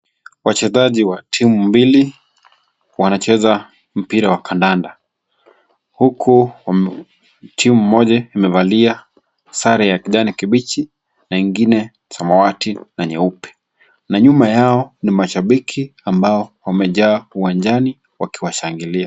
Wachezaji wa timu mbili wanacheza mbira wa kandanda huku timu moja imevalia sare ya kijani kibichi na ingine samawati na nyeupe. Na nyuma yao ni mashabiki ambao wamejaa uwanjani wakiwashangilia.